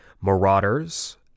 marauders